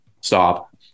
stop